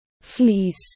fleece